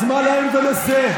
אז מה להם ולזה?